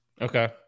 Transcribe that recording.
Okay